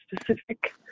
specific